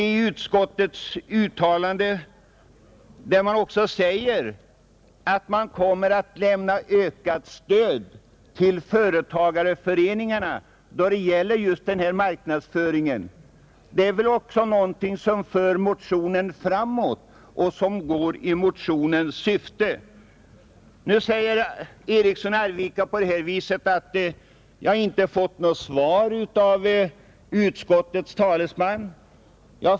Utskottet skriver vidare att det kommer att lämnas ökat stöd till företagarföreningarna för denna marknadsföring. Även detta är ju i enlighet med motionens syfte. Nu säger herr Eriksson i Arvika att jag inte fått något svar av utskottets talesman.